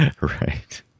right